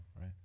right